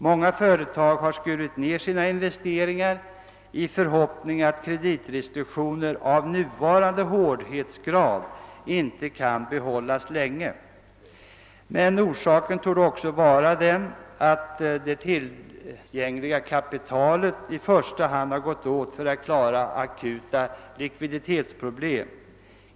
Många företag har skurit ned sina investeringar i förhoppning om att kreditrestriktioner av nuvarande hårdhetsgrad inte kan bibehållas länge. Men orsaken härtill torde också vara att det tillgängliga kapitalet i första hand gått åt för att klara akuta likviditetsproblem.